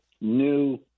new